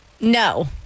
No